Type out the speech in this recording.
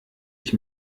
ich